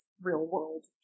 real-world